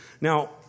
Now